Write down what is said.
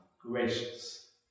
gracious